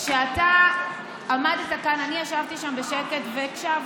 כשאתה עמדת כאן, אני ישבתי שם בשקט והקשבתי,